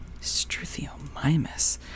Struthiomimus